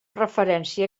referència